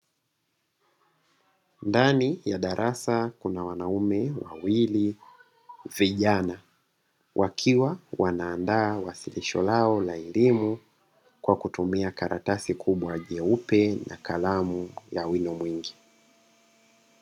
Ndani ya darasa kuna wanaume wawili vijana, wakiwa wana andaa wasilisho lao la elimu kwa kutumia karatasi kubwa jeupe na kalamu ya wino mwingi.